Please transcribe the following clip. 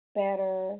better